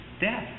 death